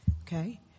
Okay